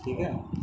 ٹھیک ہے